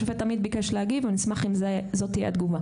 השופט עמית ביקש להגיב, ונשמח אם זאת תהיה התגובה.